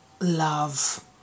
love